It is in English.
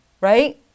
right